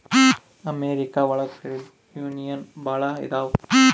America ಒಳಗ credit union ಭಾಳ ಇದಾವ